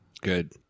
Good